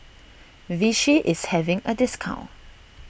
Vichy is having a discount